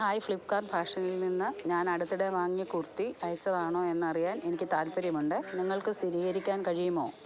hi Flipkart ഫാഷനിൽ നിന്ന് ഞാൻ അടുത്തിടെ വാങ്ങിയ കുർത്തി അയച്ചതാണോ എന്നറിയാൻ എനിക്ക് താൽപ്പര്യമുണ്ട് നിങ്ങൾക്ക് സ്ഥിരീകരിക്കാൻ കഴിയുമോ